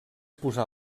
posar